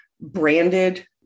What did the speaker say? branded